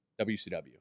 WCW